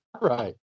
Right